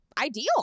ideal